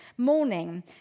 Morning